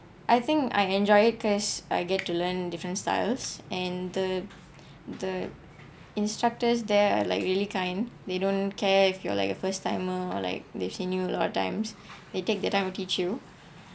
I think I enjoy it because I get to learn different styles and the the instructors there are like really kind they don't care if you're like a first timer or like they've seen you a lot times they take their time to teach you